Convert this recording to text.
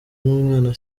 n’umwana